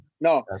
No